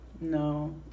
no